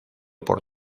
por